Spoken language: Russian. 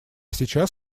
сейчас